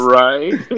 right